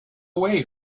way